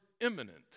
imminent